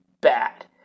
bad